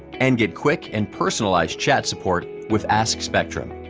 and get quick and personalized chat support with ask spectrum.